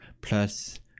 plus